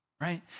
Right